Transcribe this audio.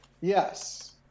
Yes